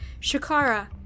Shakara